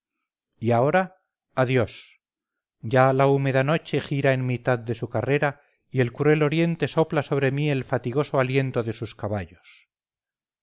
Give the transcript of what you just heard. y ahora adiós ya la húmeda noche gira en mitad de su carrera y el cruel oriente sopla sobre mí el fatigoso aliento de sus caballos